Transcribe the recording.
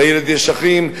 לילד יש אחים,